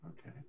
Okay